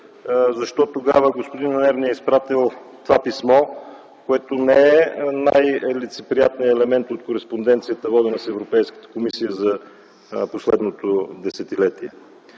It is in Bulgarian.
защо тогава господин Анер ни е изпратил това писмо, което не е най-лицеприятният елемент от кореспонденцията, водена с Европейската комисия за последното десетилетие.